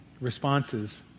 responses